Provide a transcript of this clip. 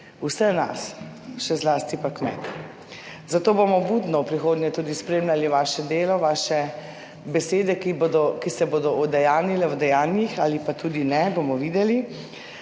vse nas, še zlasti pa kmete, zato bomo budno v prihodnje tudi spremljali vaše delo, vaše besede, ki bodo, ki se bodo udejanjile v dejanjih ali pa tudi ne, bomo videli.